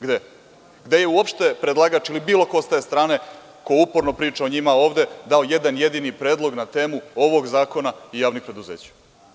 Gde je uopšte predlagač ili bilo ko sa te strane ko uporno priča o njima ovde, dao jedan jedini predlog na temu ovog zakona i javnih preduzeća?